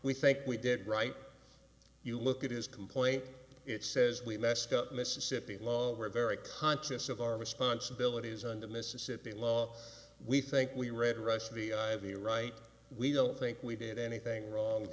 we think we did right you look at his complaint it says we messed up mississippi long we're very conscious of our responsibilities on the mississippi law we think we read rush the i v right we don't think we did anything wrong